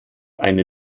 eine